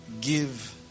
give